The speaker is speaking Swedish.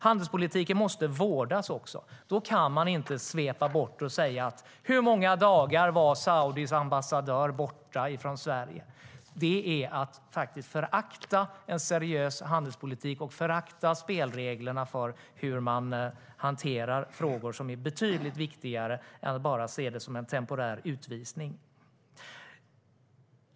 Handelspolitiken måste också vårdas. Man kan inte svepa bort det och fråga hur många dagar Saudis ambassadör var borta från Sverige. Det är att förakta en seriös handelspolitik, att förakta spelreglerna för hur man hanterar frågor som är betydligt viktigare än att man ser detta som en temporär utvisning.